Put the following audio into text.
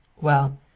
Well